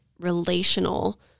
relational